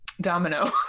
Domino